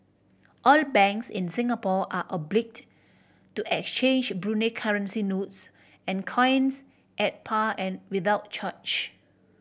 all banks in Singapore are obliged to exchange Brunei currency notes and coins at par and without charge